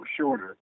shorter